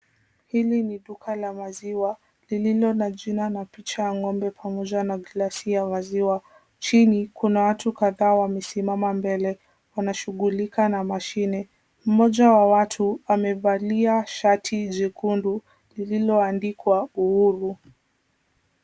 Hili ni duka la maziwa lililo na jina na picha ya ng'ombe pamoja na glasi ya maziwa. Chini kuna watu kadhaa wamesimama mbele wanashughulika na mashine. Mmoja wa watu amevalia shati jekundu lililoandikwa Uhuru.